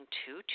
two